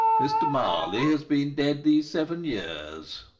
mr. marley has been dead these seven years,